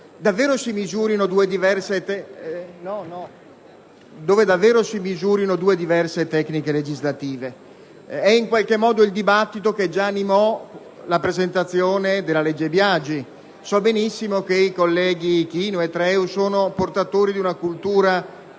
che davvero si misurano due diverse tecniche legislative: è in qualche modo il dibattito che già animò la presentazione della legge Biagi. So benissimo che i colleghi Ichino e Treu siano portatori di una cultura